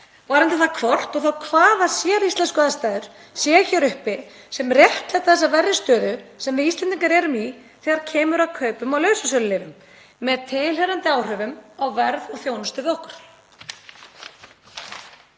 varðandi það hvort og þá hvaða séríslensku aðstæður séu uppi sem réttlæta þessa verri stöðu sem við Íslendingar erum í þegar kemur að kaupum á lausasölulyfjum með tilheyrandi áhrifum á verð og þjónustu við okkur.